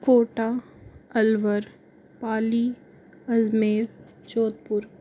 Kota Alwar Pali Ajmer Jodhpur